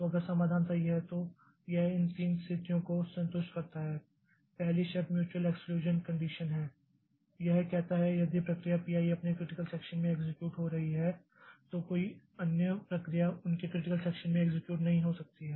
तो अगर समाधान सही है तो यह इन तीन स्थितियों को संतुष्ट करता है पहली शर्त म्यूचुयल एक्सक्लूषन कंडीशन है यह कहता है कि यदि प्रक्रिया P i अपने क्रिटिकल सेक्षन में एक्सेक्यूट हो रही है तो कोई अन्य प्रक्रिया उनके क्रिटिकल सेक्षन में एक्सेक्यूट नहीं हो सकती है